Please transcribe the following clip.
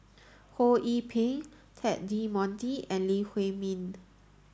Ho Yee Ping Ted De Ponti and Lee Huei Min